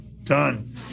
done